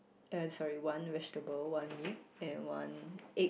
uh sorry one vegetable one meat and one egg